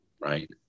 right